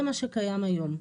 זה מה שקיים היום.